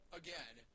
again